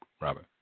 Robert